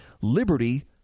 liberty